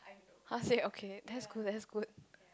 [huh] say okay that's good that's good